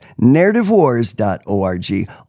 narrativewars.org